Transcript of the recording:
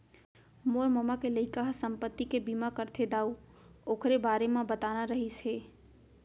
मोर ममा के लइका ह संपत्ति के बीमा करथे दाऊ,, ओकरे बारे म बताना रहिस हे